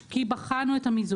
כי בחנו את המיזוג.